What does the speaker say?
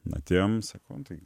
atėjom sako nu tai